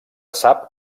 sap